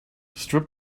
strip